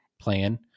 plan